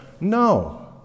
No